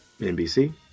NBC